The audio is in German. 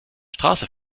straße